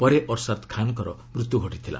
ପରେ ଅର୍ଶାଦ୍ ଖାନ୍ଙ୍କର ମୃତ୍ୟୁ ଘଟିଥିଲା